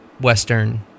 western